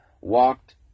walked